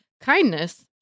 Kindness